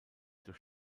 durch